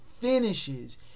finishes